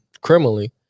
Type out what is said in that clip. criminally